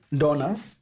donors